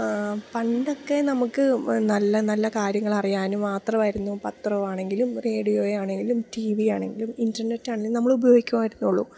പണ്ടൊക്കെ നമുക്കു നല്ല നല്ല കാര്യങ്ങളറിയാനും മാത്രമായിരുന്നു പത്രമാണെങ്കിലും റേഡിയോ ആണേലും ടി വി ആണെങ്കിലും ഇൻ്റർനെറ്റ് ആണേലും നമ്മള് ഉപയോഗിക്കുമായിരുന്നുള്ളൂ